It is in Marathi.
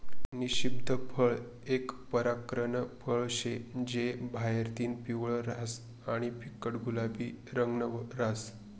निषिद्ध फळ एक परकारनं फळ शे जे बाहेरतीन पिवयं रंगनं आणि फिक्कट गुलाबी रंगनं रहास